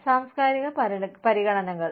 സാംസ്കാരിക പരിഗണനകൾ